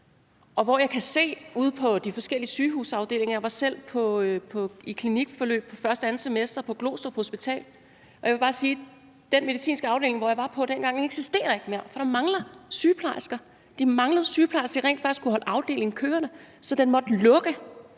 og jeg kan se det ude på de forskellige sygehusafdelinger. Jeg var selv i klinikforløb, på første og andet semester, på Glostrup Hospital, og jeg vil bare sige, at den medicinske afdeling, jeg var på dengang, ikke eksisterer mere, for der mangler sygeplejersker; de manglede sygeplejersker til rent faktisk at kunne holde afdelingen kørende, så den måtte lukke.